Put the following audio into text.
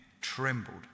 trembled